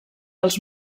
els